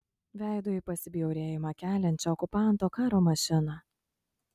veidu į pasibjaurėjimą keliančią okupanto karo mašiną